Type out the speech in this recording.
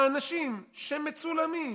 האנשים שמצולמים,